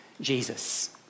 Jesus